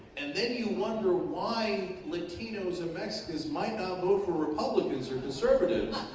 and then you wonder why latinos and mexicans might not vote for republicans or conservatives,